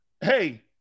Hey